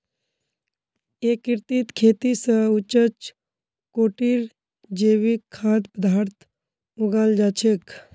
एकीकृत खेती स उच्च कोटिर जैविक खाद्य पद्दार्थ उगाल जा छेक